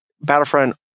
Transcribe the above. Battlefront